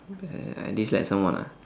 I dislike someone ah